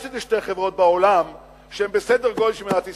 יש איזה שתי חברות בעולם שהן בסדר גודל של מדינת ישראל,